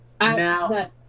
Now